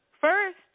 First